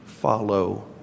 Follow